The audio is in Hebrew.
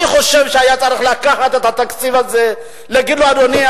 אני חושב שהיה צריך לקחת את התקציב הזה ולהגיד לו: אדוני,